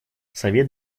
совет